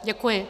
Děkuji.